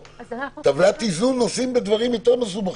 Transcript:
טבלת איזון עושים בדברים יותר מסובכים.